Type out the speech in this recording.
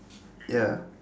ya